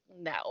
no